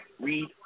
read